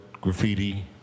graffiti